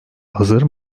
hazır